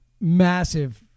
massive